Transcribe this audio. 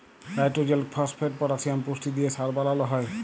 লাইট্রজেল, phosphate, potassium পুষ্টি দিঁয়ে সার বালাল হ্যয়